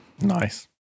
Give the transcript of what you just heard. nice